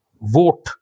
vote